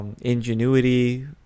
ingenuity